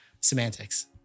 Semantics